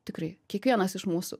tikrai kiekvienas iš mūsų